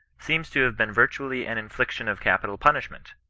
seems to have been virtually an infliction of capital punishment.